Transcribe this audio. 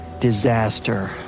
disaster